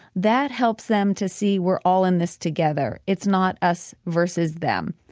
that helps them to see we're all in this together. it's not us versus them.